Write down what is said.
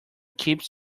keeps